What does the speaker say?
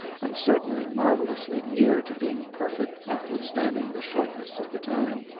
and certainly marvelously near to being perfect, notwithstanding the shortness of the time.